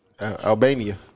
Albania